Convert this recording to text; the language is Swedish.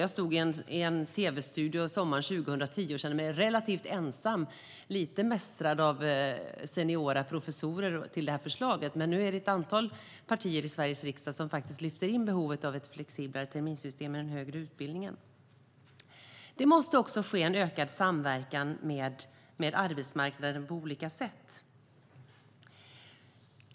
Jag stod i en tv-studio sommaren 2010 och kände mig relativt ensam och lite mästrad av seniora professorer när det gällde det här förslaget. Men nu är det ett antal partier i Sveriges riksdag som faktiskt lyfter fram behovet av ett flexiblare terminssystem i den högre utbildningen. Det måste också ske en ökad samverkan med arbetsmarknaden på olika sätt.